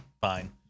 Fine